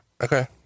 Okay